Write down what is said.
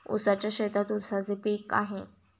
आमच्या शेतात ऊसाचे पीक आहे